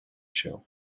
show